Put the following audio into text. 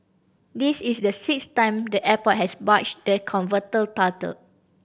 this is the sixth time the airport has bagged the coveted title